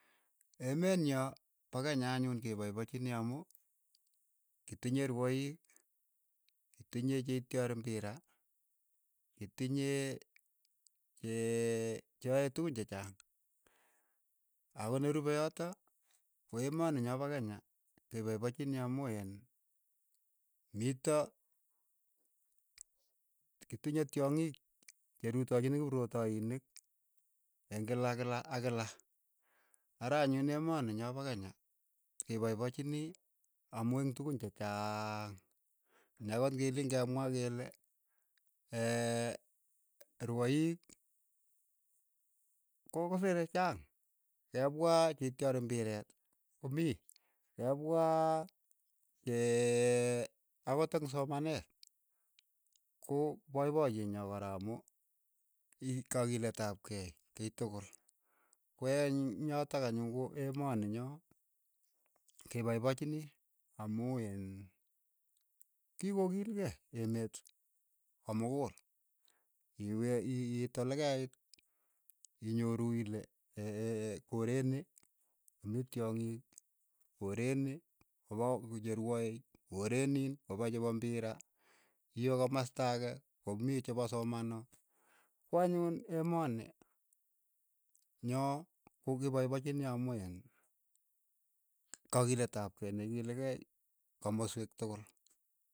Emeet nyo ko kenya anyun ke paipachini amu kitinye rwaiik, kitinye che ityori mbira, kitinye che ae tukun che chaang, ako ne rupe yotok, ko emoni nyoo pa kenya kepaipachini amu iin mito kitinye tyong'ik cheruitochini kiprotainik eng' kila kila ak kila, ara anyun emoni nyo pa kenya kipaipachinii amu eng' tukun chechaang ne akot ke leen ke mwaa ke le rwoiik ko kosere, chaang, ke pwaa che ityori mbireet, ko mii, ke pwaa chee akot eng' somanet ko poipoyeet nyo kora amu ii kakiilet ap kei kiy tukul, ko anyun yotok anyun ko emoni nyoo ke paipachini amu iin kikokiilkei emet komukul, iwe iit olekeiit inyoru ile koreet ni mii tyong'ik, koreet ni ko paa kuu che rwae, koreet nin kopa chepo mbira, iwe komasta ake komii chepo somano, ko anyun emoni nyoo kokipaipachini amu iin kakilet ap kei ne ikilekei komaswek tukul.